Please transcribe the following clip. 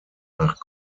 nach